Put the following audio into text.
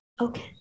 Okay